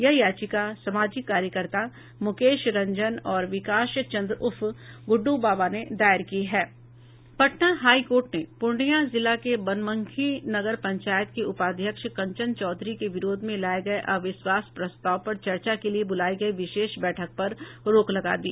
यह याचिका सामाजिक कार्यकर्ता मुकेश रंजन और विकाश चंद्र उर्फ गुड्डू बाबा ने दायर की है पटना हाईकोर्ट ने पूर्णिया जिला के वनमनखी नगर पंचायत की उपाध्यक्ष कंचन चौधरी के विरोध में लाये गए अविश्वास प्रस्ताव पर चर्चा के लिये बुलाई गई विशेष बैठक पर रोक लगा दी